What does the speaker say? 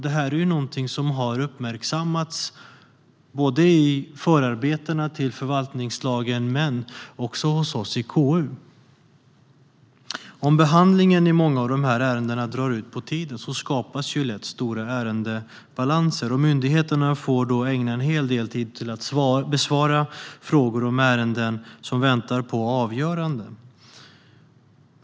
Detta har uppmärksammats i förarbetena till förvaltningslagen men också hos oss i KU. Om behandlingen i många av dessa ärenden drar ut på tiden skapas lätt stora ärendebalanser. Myndigheterna får då ägna en hel del tid åt att besvara frågor om ärenden som väntar på avgörande.